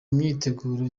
myiteguro